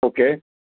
okay